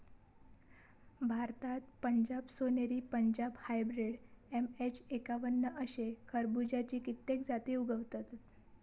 भारतात पंजाब सोनेरी, Punjab hybrid, MH एक्कावन्न अशे खरबुज्याची कित्येक जाती उगवतत